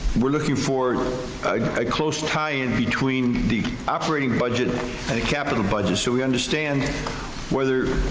we're looking for close tie in between the operating budget and the capital budget so we understand whether,